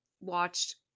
watched